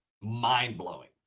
mind-blowing